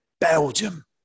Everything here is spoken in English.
Belgium